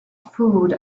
food